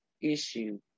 issue